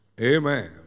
Amen